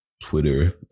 twitter